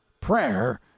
Prayer